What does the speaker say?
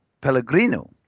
Pellegrino